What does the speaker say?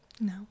No